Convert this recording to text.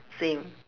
same